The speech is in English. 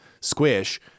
squish